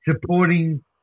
Supporting